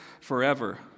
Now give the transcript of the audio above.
forever